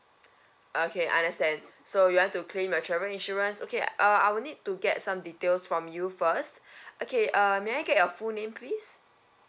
okay understand so you want to claim your travel insurance okay uh I'll need to get some details from you first okay uh may I get your full name please